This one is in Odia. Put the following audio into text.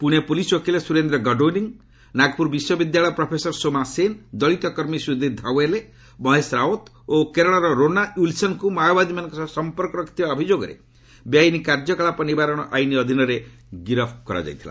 ପୁନେ ପୁଲିସ୍ ଓକିଲ ସୁରେନ୍ଦ୍ର ଗଡ୍ଲିଂ ନାଗପୁର ବିଶ୍ୱବିଦ୍ୟାଳୟର ପ୍ରଫେସର ସୋମା ସେନ୍ ଦଳିତ କର୍ମୀ ସୁଧୀର ଧୱାଲେ ମହେଶ ରାଉତ୍ ଓ କେରଳର ରୋନା ୱିଲ୍ସନଙ୍କୁ ମାଓବାଦୀମାନଙ୍କ ସହ ସମ୍ପର୍କ ରଖିଥିବା ଅଭିଯୋଗରେ ବେଆଇନ୍ କାର୍ଯ୍ୟକଳାପ ନିବାରଣ ଆଇନ୍ ଅଧୀନରେ ଗିରଫ୍ କରିଥିଲା